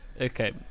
okay